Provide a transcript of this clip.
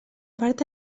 part